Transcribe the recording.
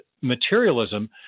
materialism